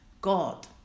God